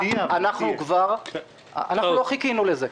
אנחנו לא חיכינו לזה,